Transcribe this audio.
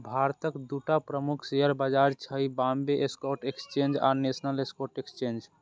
भारतक दूटा प्रमुख शेयर बाजार छै, बांबे स्टॉक एक्सचेंज आ नेशनल स्टॉक एक्सचेंज